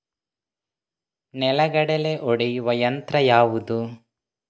ನೆಲಗಡಲೆ ಒಡೆಯುವ ಯಂತ್ರ ಯಾವುದು?